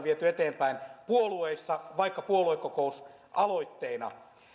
viety eteenpäin puolueissa vaikka puoluekokousaloitteina